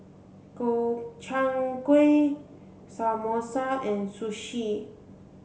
Gobchang Gui Samosa and Sushi